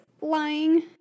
lying